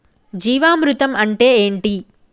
జీవామృతం అంటే ఏంటి?